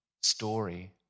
story